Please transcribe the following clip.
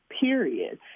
period